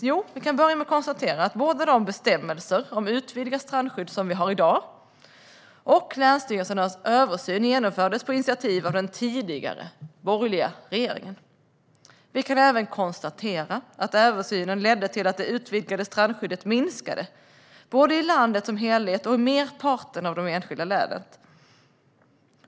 Jo, vi kan börja med att konstatera att både de bestämmelser om utvidgat strandskydd som vi har i dag och länsstyrelsernas översyn genomfördes på initiativ av den tidigare borgerliga regeringen. Vi kan även konstatera att översynen ledde till att det utvidgade strandskyddet minskade, både i landet som helhet och i merparten av de enskilda länen.